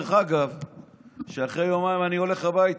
דרך אגב,